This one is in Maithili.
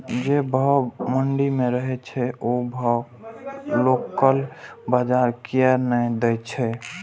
जे भाव मंडी में रहे छै ओ भाव लोकल बजार कीयेक ने दै छै?